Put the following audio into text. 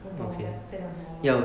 你懂我在在讲什么吗